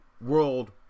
World